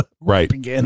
right